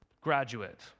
graduate